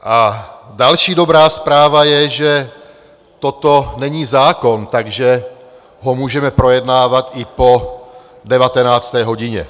A další dobrá zpráva je, že toto není zákon, takže to můžeme projednávat i po 19. hodině.